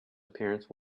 appearance